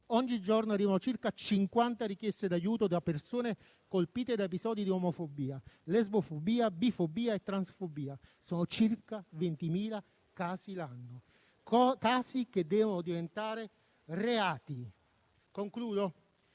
ogni giorno arrivano circa 50 richieste di aiuto da persone colpite da episodi di omofobia, lesbofobia, bifobia e transfobia. Sono circa 20.000 casi l'anno; casi che devono diventare reati. Concludo